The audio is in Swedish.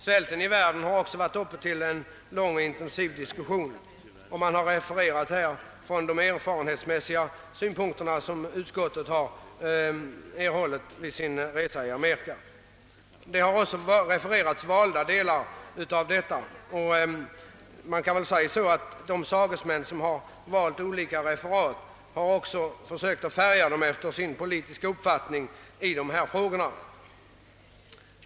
Svälten i världen har också varit uppe till lång och intensiv diskussion, och man har redogjort för de erfarenheter utskottsledamöterna fick vid sin resa i Amerika. Sagesmännen har valt att referera olika uttalanden, och referaten har även varit färgade av respektive talares politiska uppfattning i dessa frågor.